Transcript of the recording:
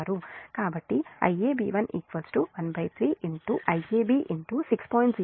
కాబట్టిIab1 13 Iab 6